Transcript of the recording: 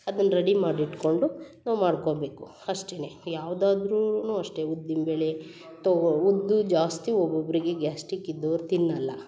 ಅದನ್ನ ರೆಡಿ ಮಾಡಿ ಇಟ್ಕೊಂಡು ನಾವು ಮಾಡ್ಕೊಬೇಕು ಅಷ್ಟೆ ಯಾವ್ದು ಆದರೂನು ಅಷ್ಟೆ ಉದ್ದಿನ ಬೇಳೆ ತಗೋ ಉದ್ದು ಜಾಸ್ತಿ ಒಬ್ಬೊಬ್ಬರಿಗೆ ಗ್ಯಾಸ್ಟಿಕ್ ಇದ್ದವ್ರು ತಿನ್ನಲ್ಲ